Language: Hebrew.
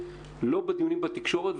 לא בדיונים בתקשורת,